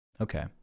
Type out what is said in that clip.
Okay